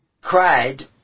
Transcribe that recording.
cried